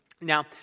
Now